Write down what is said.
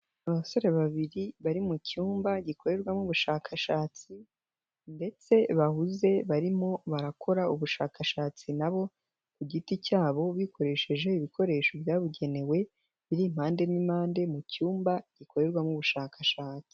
Abasore babiri bari mu cyumba gikorerwamo ubushakashatsi ndetse bahuze barimo barakora ubushakashatsi nabo ku giti cyabo bikoresheje ibikoresho byabugenewe, biri impande n'impande mu cyumba gikorerwamo ubushakashatsi.